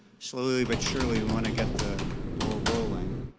slowly but surely we want to get the ball rolling.